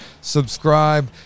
subscribe